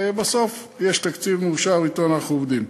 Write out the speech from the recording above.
ובסוף יש תקציב מאושר, ואתו אנחנו עובדים.